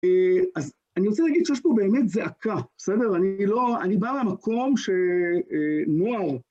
אז אני רוצה להגיד שיש פה באמת זעקה, בסדר? אני לא, אני בא מהמקום שנוער...